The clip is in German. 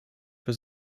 für